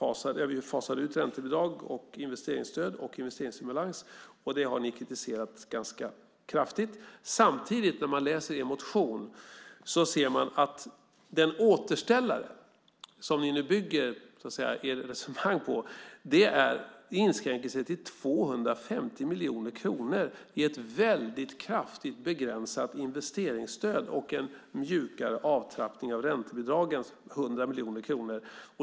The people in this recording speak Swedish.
Vi fasade ut räntebidrag, investeringsstöd och investeringsstimulanser. Det har ni ganska kraftigt kritiserat. Men i er motion ser man att den återställare som ni nu bygger ert resonemang på inskränker sig till 250 miljoner kronor i ett väldigt kraftigt begränsat investeringsstöd och en mjukare avtrappning av räntebidragen - 100 miljoner kronor.